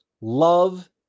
Love